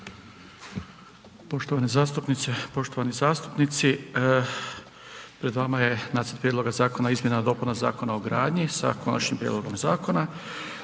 poštovani zastupnici, pred vama je Nacrt prijedloga Zakona o izmjenama i dopunama Zakona o gradnji sa Konačnim prijedlogom zakona.